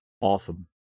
awesome